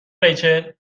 ریچل